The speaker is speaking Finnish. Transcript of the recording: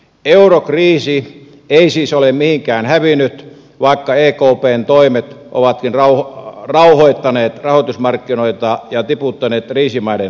eurokriisi ei siis ole mihinkään hävinnyt vaikka ekpn toimet ovatkin rauhoittaneet rahoitusmarkkinoita ja tiputtaneet kriisimaiden lainakorkoja